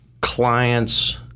clients